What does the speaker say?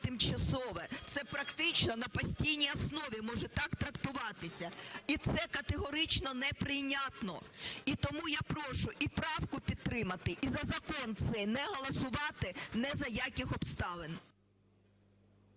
Це практично на постійній основі може так трактуватися. І це категорично неприйнятно. І тому я прошу і правку підтримати, і за закон цей не голосувати ні за яких обставин.